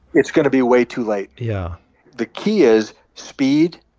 it's going to be way too late yeah the key is speed,